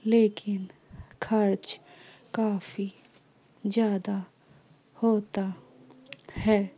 لیکن خرچ کافی زیادہ ہوتا ہے